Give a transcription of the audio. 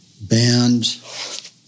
banned